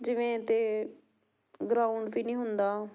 ਜਿਵੇਂ ਤੇ ਗਰਾਊਂਡ ਵੀ ਨਹੀਂ ਹੁੰਦਾ